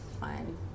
fine